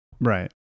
Right